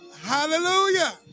Hallelujah